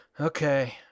okay